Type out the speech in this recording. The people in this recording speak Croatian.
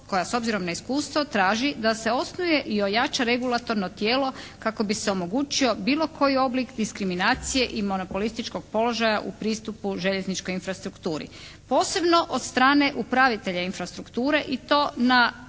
koja s obzirom na iskustvo traži da se osnuje i ojača regulatorno tijelo kako bi se omogućio bilo koji oblik diskriminacije i monopolističkog položaja u pristupu željezničkoj infrastrukturi. Posebno od strane upravitelja infrastrukture i to u